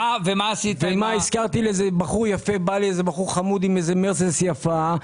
השכרתי לבחור חמוד עם מרצדס יפה,